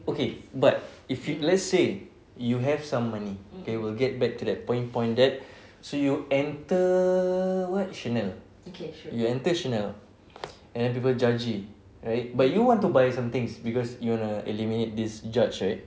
okay but if you let's say you have some money we will get back to that point point that so you enter what chanel you enter chanel and then people judgy right but you want to buy some things because you want to eliminate this judge right